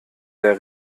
der